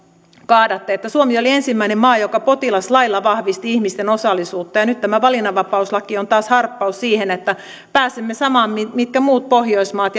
kaadatte suomi oli ensimmäinen maa joka potilaslailla vahvisti ihmisten osallisuutta ja nyt tämä valinnanvapauslaki on taas harppaus siihen että pääsemme samaan minkä muut pohjoismaat